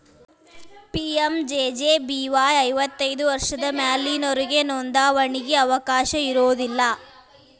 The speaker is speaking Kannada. ಪಿ.ಎಂ.ಜೆ.ಜೆ.ಬಿ.ವಾಯ್ ಐವತ್ತೈದು ವರ್ಷದ ಮ್ಯಾಲಿನೊರಿಗೆ ನೋಂದಾವಣಿಗಿ ಅವಕಾಶ ಇರೋದಿಲ್ಲ